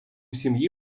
сім’ї